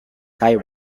tie